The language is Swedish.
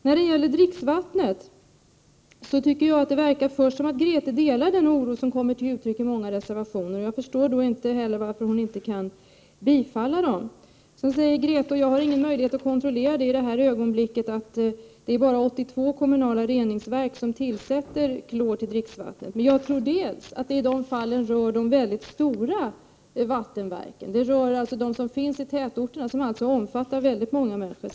När det gäller dricksvattnet verkade det först som om Grethe Lundblad delade den oro som kommer till uttryck i många reservationer. Jag förstår då inte varför hon inte kan yrka bifall dem. Sedan säger Grethe Lundblad — och jag har ingen möjlighet att kontrollera det i det här ögonblicket — att det bara är 82 kommunala reningsverk som tillsätter klor till dricksvattnet. Först och främst tror jag att det gäller de verkligt stora vattenverken, som finns i tätorterna och producerar för väldigt många människor.